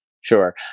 Sure